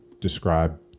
describe